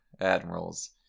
admirals